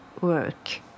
work